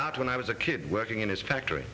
art when i was a kid working in his factory